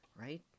right